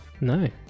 No